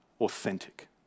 authentic